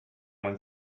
man